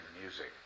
music